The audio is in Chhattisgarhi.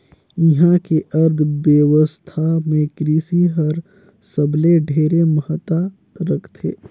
इहां के अर्थबेवस्था मे कृसि हर सबले ढेरे महत्ता रखथे